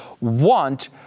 want